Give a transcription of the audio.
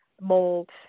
molds